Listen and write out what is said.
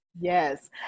yes